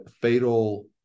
fatal